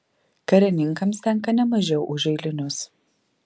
karininkams tenka ne mažiau už eilinius